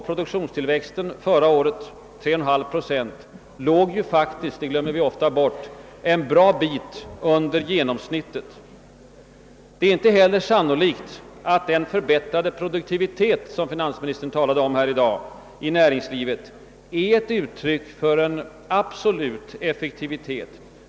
Produktionstillväxten förra året, 3,5 procent, låg faktiskt — det glömmer vi ofta bort — en bra bit under genomsnittet. Det är inte heller sannolikt att den förbättrade produktiviteten inom näringslivet, som finansministern talade om i dag, är ett uttryck för en ökad absolut effektivitet.